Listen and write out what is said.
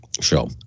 show